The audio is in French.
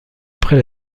après